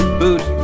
boot